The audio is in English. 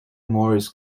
morris